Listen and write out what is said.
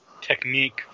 technique